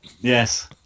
Yes